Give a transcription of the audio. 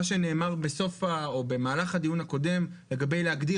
מה שנאמר במהלך הדיון הקודם לגבי להגדיר